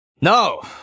No